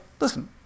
listen